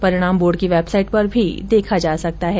परिणाम बोर्ड की वेबसाइट पर भी देखा जा सकता है